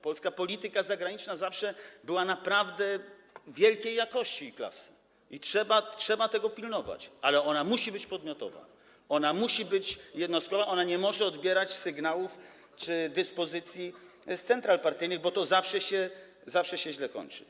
Polska polityka zagraniczna zawsze była naprawdę wielkiej jakości i klasy, i trzeba tego pilnować, ale ona musi być podmiotowa, ona musi być jednostkowa, ona nie może odbierać sygnałów czy dyspozycji z central partyjnych, bo to zawsze się źle kończy.